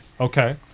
okay